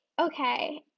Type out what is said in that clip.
okay